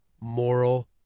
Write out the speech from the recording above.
moral